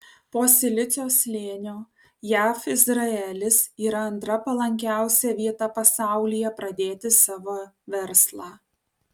po silicio slėnio jav izraelis yra antra palankiausia vieta pasaulyje pradėti savo verslą